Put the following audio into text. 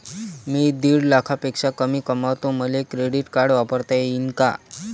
मी दीड लाखापेक्षा कमी कमवतो, मले क्रेडिट कार्ड वापरता येईन का?